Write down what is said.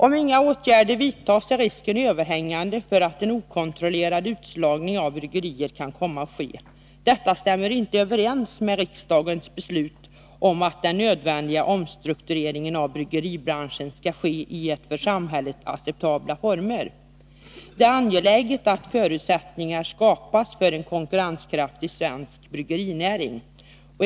Om inga åtgärder vidtas är risken överhängande för att en okontrollerad utslagning av bryggerier kan komma att ske. Detta stämmer inte överens med riksdagens beslut om att den nödvändiga omstruktureringen av bryggeribranschen skall ske i för samhället acceptabla former. Det är angeläget att förutsättningar skapas för en konkurrenskraftig svensk bryggerinäring.